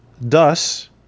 Thus